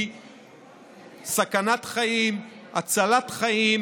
סכנת חיים והצלת חיים,